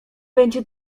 będzie